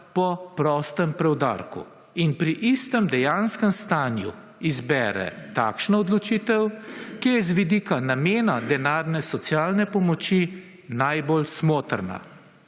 po prostem preudarku. In pri istem dejanskem stanju izbere takšno odločitev, ki je z vidika namena denarne socialne pomoči najbolj smotrna.